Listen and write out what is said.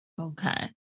Okay